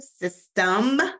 system